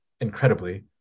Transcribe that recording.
incredibly